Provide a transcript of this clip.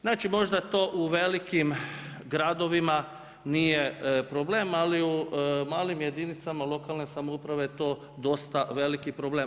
Znači, možda to u velikim gradovima nije problem, ali u malim jedinicama lokalne samouprave to dosta veliki problem.